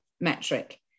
metric